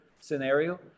scenario